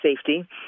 safety